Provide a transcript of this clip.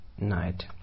night